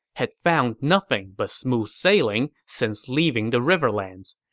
had found nothing but smooth sailing since leaving the riverlands.